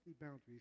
boundaries